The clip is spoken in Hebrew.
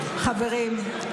חברים,